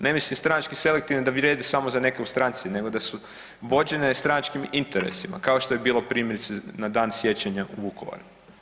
Ne mislim stranački selektivne da vrijede samo za neke u stranci nego da su vođene stranačkim interesima kao što je bilo primjerice na Dan sjećanja u Vukovaru.